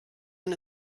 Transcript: man